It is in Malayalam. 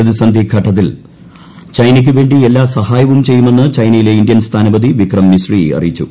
പ്രതിസന്ധി ഘട്ടത്തിൽ ചൈനയ്ക്കു വേണ്ടി എല്ലാ സഹായവും ചെയ്യുമെന്ന് ചൈനയിലെ ഇന്ത്യൻ സ്ഥാനപ്പത്പ് വിക്രം മിസ്രി അറിയിച്ചു